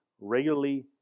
regularly